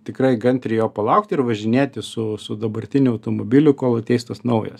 tikrai kantriai jo palaukti ir važinėti su su dabartiniu automobiliu kol ateis tas naujas